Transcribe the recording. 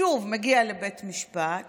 שוב מגיע לבית משפט